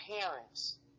parents